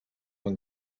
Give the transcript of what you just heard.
amb